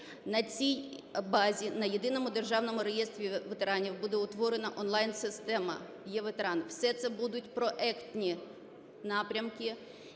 На цій базі, на Єдиному державному реєстрі ветеранів буде утворена онлайн-система "Е-ветеран". Все це будуть проектні напрямки,